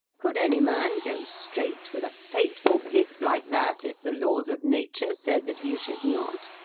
could any man go straight with a fateful gift like that if the laws of nature said that he should not?